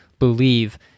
believe